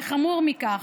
חמור מכך,